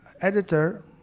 editor